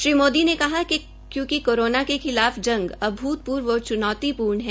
श्रीमोदी ने कहा कि क्योंकि कोरोना के खिलाफ जंग अभूतपूर्व और च्नौतीपूर्ण है